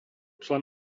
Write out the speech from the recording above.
člen